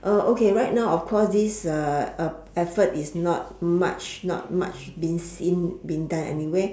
oh okay right now of course this uh uh effort is not much not much been seen been done anywhere